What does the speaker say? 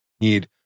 need